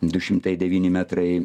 du šimtai devyni metrai